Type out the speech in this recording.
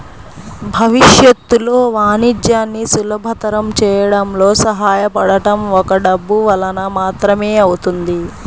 భవిష్యత్తులో వాణిజ్యాన్ని సులభతరం చేయడంలో సహాయపడటం ఒక్క డబ్బు వలన మాత్రమే అవుతుంది